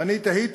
ואני תהיתי,